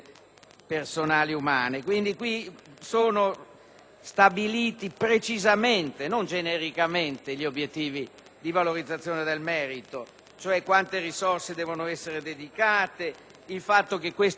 stabiliti con precisione, dunque non genericamente, gli obiettivi di valorizzazione del merito, vale a dire quante risorse devono essere dedicate, il fatto che ciò significhi più selettività anche nelle carriere,